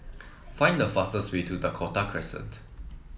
find the fastest way to Dakota Crescent